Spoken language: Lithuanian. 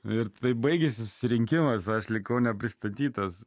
ir taip baigėsi susirinkimas aš likau nepristatytas